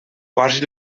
pors